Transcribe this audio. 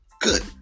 good